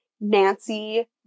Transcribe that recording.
Nancy